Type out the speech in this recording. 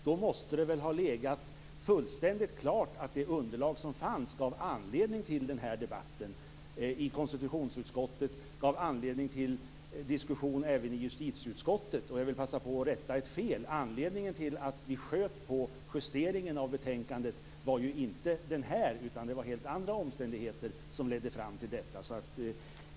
Då måste det väl ha legat fullständigt klart att det underlag som fanns gav anledning till den här debatten i konstitutionsutskottet, att det gav anledning till diskussion även i justitieutskottet. Jag vill passa på att rätta ett fel. Anledningen till att vi sköt på justeringen av betänkandet var inte den här utan berodde på helt andra omständigheter.